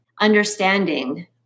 understanding